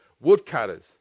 woodcutters